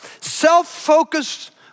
Self-focused